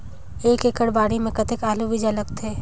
एक एकड़ बाड़ी मे कतेक आलू बीजा लगथे?